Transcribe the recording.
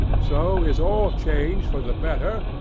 so is all change for the better,